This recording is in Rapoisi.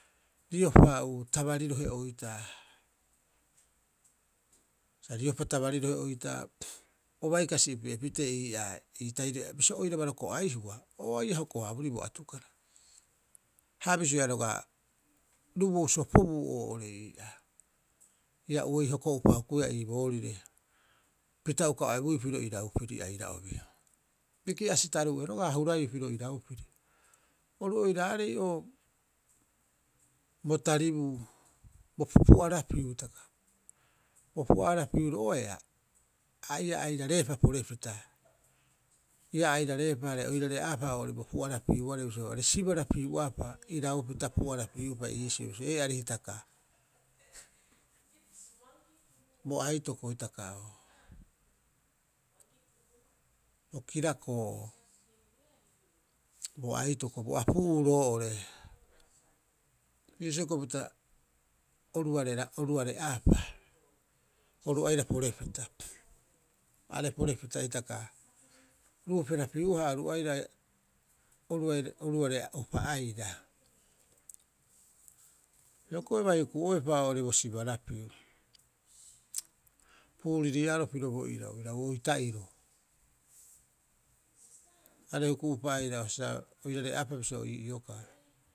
Riopa tabarirohe oitaa. Sa riopa tabarirohe oitaa. O bai kasipi'e pitee ii'aa ii tahiri. Bisio oiraba roko'ai hua o ia hoko- haabori bo atukara. Ha a bisioea roga'a, ruboou sopobuu oo'ore ii'aa ia uei hoko'upa hukuia ii boorire pita uka o ebuiu piro iraupiri aira'obi. Biki'asi taruu'e roga'a a huraiiu piro iraupiri. Oru oiraarei o bo taribuu o bo pu'arapiu hitaka. Bo pu'arapiro'oea ia airareepa porepita. Ia airareepa are oirare'aapa oo'ore bo pu'arapiuarei bisio are sibarapiu'aapa iraupita pu'arapiu'upa iisio bisio, eeari hitaka, bo aitoko hitaka oo bo kirako'o oo, bo aitoko bo apu'uu roo'ore. Iisio hoko'i pita oruareaapa oru aira porepita. Are porepita hitaka ruuperapiu'aha oru aira oruare'upa aira. Hioko'i bai huku'oepa oo'ore bo sibarapiu puuririaro piro bo irau, irau oita'iro. Are huku'upa aira oirare'aapa bisio, oru ioka.